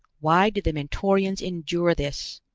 why did the mentorians endure this,